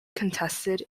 contested